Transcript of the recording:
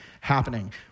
happening